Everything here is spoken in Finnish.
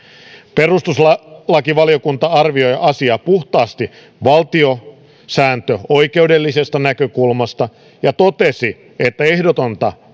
perustuslakivaliokunta arvioi asiaa puhtaasti valtiosääntöoikeudellisesta näkökulmasta ja totesi että ehdotonta